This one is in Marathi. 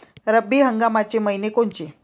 रब्बी हंगामाचे मइने कोनचे?